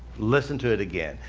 listen to it again.